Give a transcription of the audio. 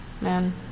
Man